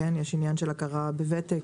יש עניין של הכרה בוותק,